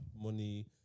money